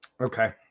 Okay